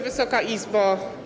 Wysoka Izbo!